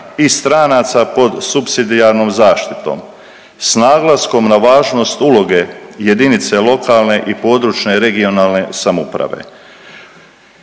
i stranaca pod supsidijarnom zaštitom s naglaskom na važnost uloge jedinice lokalne i područne regionalne samouprave,